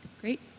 Great